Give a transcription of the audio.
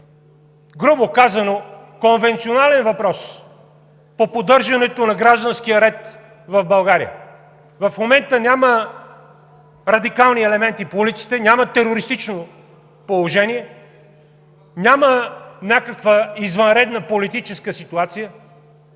грубо казано, конвенционален въпрос по поддържането на гражданския ред в България? В момента няма радикални елементи по улиците, няма терористично положение, няма някаква извънредна политическа ситуация,